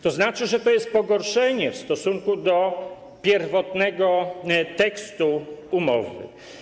To znaczy, że to jest pogorszenie w stosunku do pierwotnego tekstu umowy.